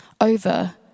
over